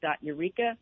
Eureka